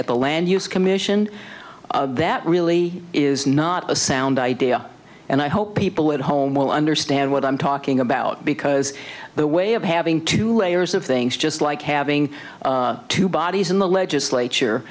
at the land use commission that really is not a sound idea and i hope people at home will understand what i'm talking about because the way of having two layers of things just like having two bodies in the legislature